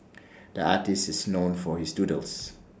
the artist is known for his doodles